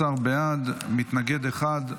11 בעד, מתנגד אחד.